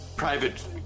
private